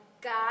God